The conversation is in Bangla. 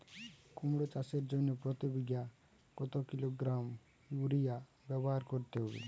কুমড়ো চাষের জন্য প্রতি বিঘা কত কিলোগ্রাম ইউরিয়া ব্যবহার করতে হবে?